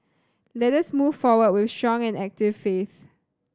let us move forward with strong and active faith